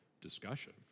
discussion